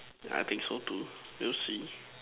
yeah I think so too we'll see